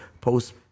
post